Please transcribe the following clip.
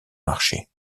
marché